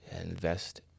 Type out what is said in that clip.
invest